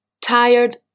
Tired